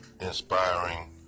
inspiring